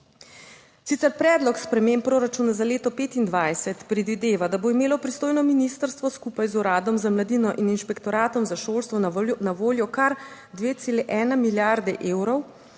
Sicer predlog sprememb proračuna za leto 2025 predvideva, da bo imelo pristojno ministrstvo skupaj z Uradom za mladino in Inšpektoratom za šolstvo na voljo kar 2,1 milijarde evrov,